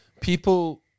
people